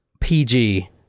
PG